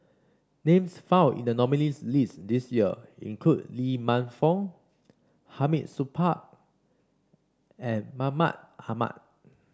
names found in the nominees' list this year include Lee Man Fong Hamid Supaat and Mahmud Ahmad